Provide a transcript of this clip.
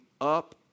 up